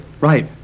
Right